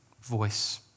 voice